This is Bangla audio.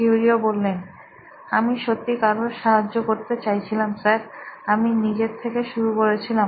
কিউরিও আমি সত্যি কারো সাহায্য করতে চাইছিলাম স্যার আমি নিজের থেকে শুরু করেছিলাম